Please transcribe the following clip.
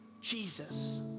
Jesus